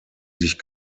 sich